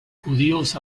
judíos